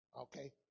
Okay